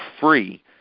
free